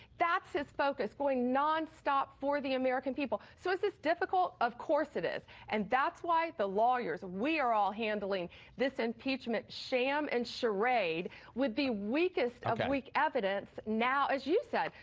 that's his focus. going nonstop for the american people. so is this difficult? of course it is, and that's why the lawyers, we are all handling this impeachment sham and charade with the weakest of weak evidence now, as you said,